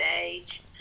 age